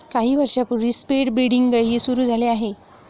काही वर्षांपूर्वी स्पीड ब्रीडिंगही सुरू झाले आहे